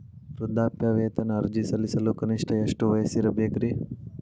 ವೃದ್ಧಾಪ್ಯವೇತನ ಅರ್ಜಿ ಸಲ್ಲಿಸಲು ಕನಿಷ್ಟ ಎಷ್ಟು ವಯಸ್ಸಿರಬೇಕ್ರಿ?